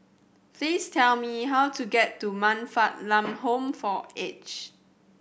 please tell me how to get to Man Fatt Lam Home for Aged